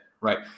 Right